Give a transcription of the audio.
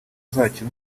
zacyo